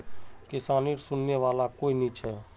किसानेर सुनने वाला कोई नी छ